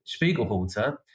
Spiegelhalter